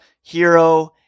hero